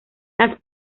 las